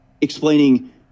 explaining